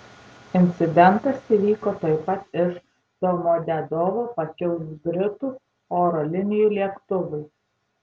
incidentas įvyko tuoj pat iš domodedovo pakilus britų oro linijų lėktuvui